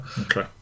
Okay